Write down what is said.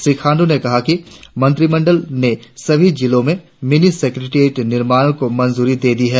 श्री खाण्डू ने कहा राज्य मंत्रिमंडल ने सभी जिलों में मिनि सेक्रेट्रीएट निर्माण को मंजूरी दे दी है